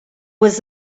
was